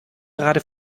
gerade